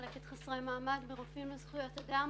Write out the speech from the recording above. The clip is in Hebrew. מחלקת חסרי מעמד ורופאים לזכויות אדם.